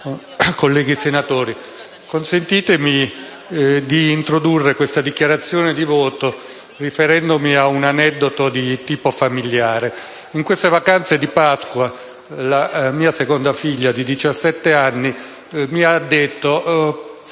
colleghi senatori, consentitemi di introdurre questa dichiarazione di voto riferendomi a un aneddoto di tipo familiare. Durante queste vacanze di Pasqua la mia seconda figlia di diciassette anni mi ha detto